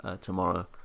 tomorrow